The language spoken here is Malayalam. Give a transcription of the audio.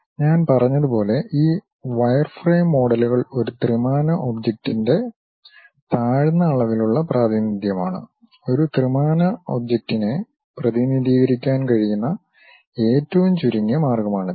ഞാൻ പറഞ്ഞതുപോലെ ഈ വയർഫ്രെയിം മോഡലുകൾ ഒരു ത്രിമാന ഒബ്ജക്റ്റിന്റെ താഴ്ന്ന അളവിലുള്ള പ്രാതിനിധ്യമാണ് ഒരു ത്രിമാന ഒബ്ജക്റ്റിനെ പ്രതിനിധീകരിക്കാൻ കഴിയുന്ന ഏറ്റവും ചുരുങ്ങിയ മാർഗ്ഗമാണിത്